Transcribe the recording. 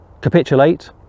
capitulate